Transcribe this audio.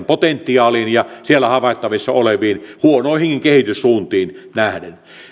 potentiaaliin ja siellä havaittavissa oleviin huonoihinkin kehityssuuntiin nähden